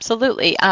absolutely.